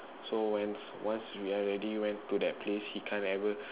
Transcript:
so when once we already went to that place he can't ever